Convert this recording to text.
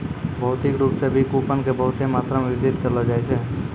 भौतिक रूप से भी कूपन के बहुते मात्रा मे वितरित करलो जाय छै